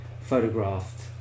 photographed